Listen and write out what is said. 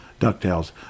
DuckTales